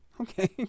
Okay